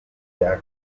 rya